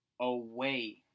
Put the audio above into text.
away